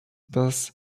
thus